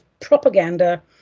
propaganda